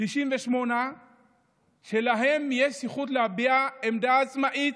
98 שיש להם זכות להביע עמדה עצמאית,